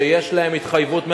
שיש להן התחייבות מהמדינה,